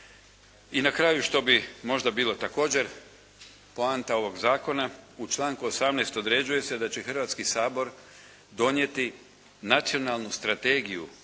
I na kraju što bi možda bilo također poanta ovog Zakona, u članku 18. određuje se da će Hrvatski sabor donijeti Nacionalnu strategiju